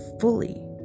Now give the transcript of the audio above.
fully